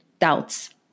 doubts